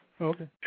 Okay